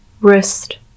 wrist